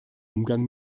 umgang